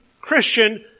Christian